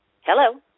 Hello